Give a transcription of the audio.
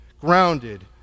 grounded